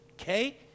okay